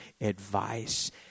advice